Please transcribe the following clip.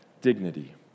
dignity